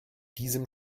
diesem